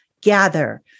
gather